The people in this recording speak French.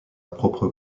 propre